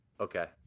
Okay